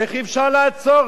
איך אפשר לעצור,